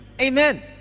Amen